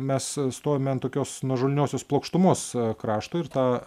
mes stovime ant tokios nuožulniosios plokštumos krašto ir tą